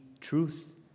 truth